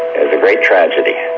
is a great tragedy.